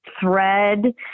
thread